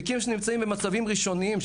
-- שנמצאים במצבים ראשוניים,